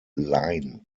line